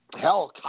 Hell